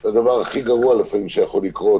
זה הדבר הכי גרוע שיכול לקרות לפעמים,